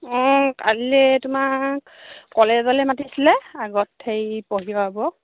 অঁ কাললৈ তোমাক কলেজলৈ মাতিছিলে আগত হেৰি পঢ়াব